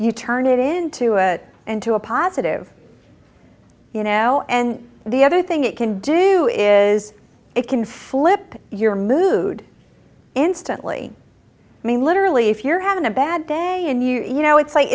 you turn it into a into a positive you know and the other thing it can do is it can flip your mood instantly i mean literally if you're having a bad day and you know it's like